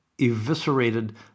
eviscerated